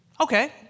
Okay